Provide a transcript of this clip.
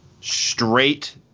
straight